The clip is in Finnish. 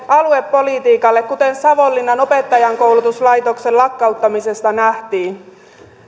aluepolitiikalle kuten savonlinnan opettajankoulutuslaitoksen lakkauttamisesta nähtiin